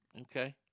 Okay